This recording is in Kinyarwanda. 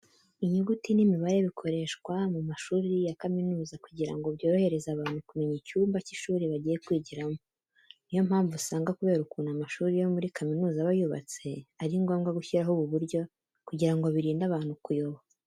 Inyuguti n'imibare bikoreshwa mu mashuri ya kaminuza kugira ngo byorohereze abantu kumenya icyumba cy'ishuri bagiye kwigiramo. Ni yo mpamvu usanga kubera ukuntu amashuri yo muri kaminuza aba yubatse ari ngombwa gushyiraho ubu buryo kugira ngo birinde abantu kuyoba.